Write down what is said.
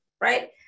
right